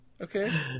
Okay